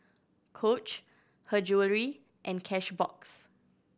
Coach Her Jewellery and Cashbox